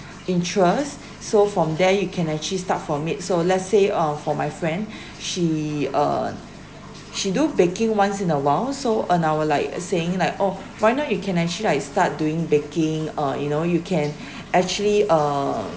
interest so from there you can actually start from it so let's say or for my friend she uh she do baking once in a while so and I will like uh saying like oh why not you can actually like start doing baking or you know you can actually uh